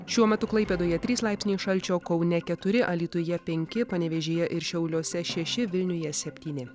šiuo metu klaipėdoje trys laipsniai šalčio kaune keturi alytuje penki panevėžyje ir šiauliuose šeši vilniuje septyni